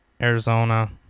Arizona